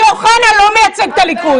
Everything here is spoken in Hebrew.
כי אוחנה לא מייצג את הליכוד...